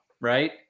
right